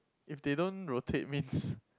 if they don't rotate means